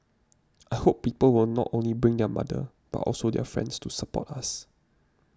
I hope people will not only bring their mother but also their friends to support us